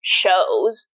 shows